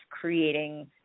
creating